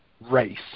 race